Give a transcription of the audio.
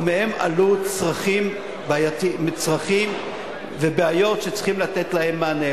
ומהן עלו צרכים ובעיות שצריכים לתת עליהם מענה.